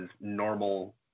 normal